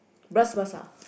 Bras-Basah